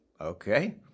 Okay